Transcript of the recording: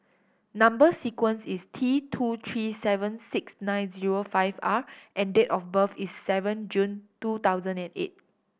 number sequence is T two three seven six nine zero five R and date of birth is seven June two thousand and eight